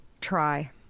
Try